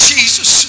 Jesus